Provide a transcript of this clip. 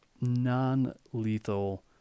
non-lethal